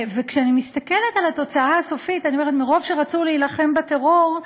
וכשאני מסתכלת על התוצאה הסופית אני אומרת: מרוב שרצו להילחם בטרור,